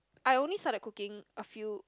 I only started cooking a few